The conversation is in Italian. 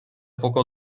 poco